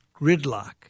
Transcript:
gridlock